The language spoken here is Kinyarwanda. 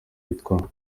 yitwa